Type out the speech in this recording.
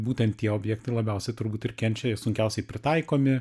būtent tie objektai labiausiai turbūt ir kenčia ir sunkiausiai pritaikomi